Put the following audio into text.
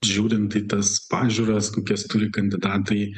žiūrint į tas pažiūras kokias turi kandidatai